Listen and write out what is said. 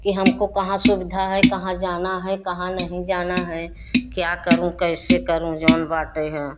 कि हमको कहाँ सुविधा है कहाँ जाना है कहाँ नहीं जाना है क्या करूँ कैसे करूँ जौन बाटे है